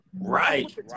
right